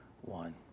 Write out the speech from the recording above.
one